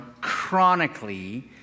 chronically